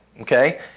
Okay